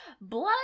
Blood